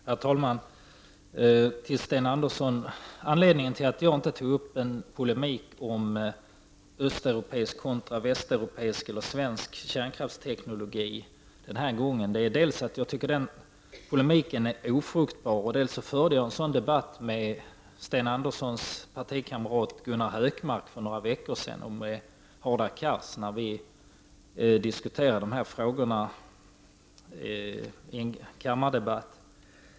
Herr talman! Till Sten Andersson i Malmö vill jag säga att anledningen till att jag inte tog upp en polemik om östeuropeisk kontra västeuropeisk eller svensk kärnkraftsteknologi den här gången är dels att jag tycker att den polemiken är ofruktbar, dels att jag förde en sådan debatt med Sten Anderssons partikamrat Gunnar Hökmark för några veckor sedan. Och med Hadar Cars diskuterade jag dessa frågor i en kammardebatt tidigare.